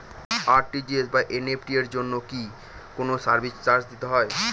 RTGS বা NEFT এর জন্য কি কোনো সার্ভিস চার্জ দিতে হয়?